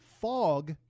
fog